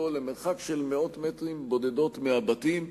למרחק של מאות מטרים בודדים מהבתים,